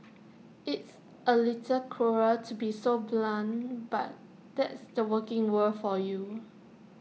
it's A little cruel to be so blunt but that's the working world for you